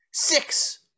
Six